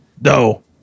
No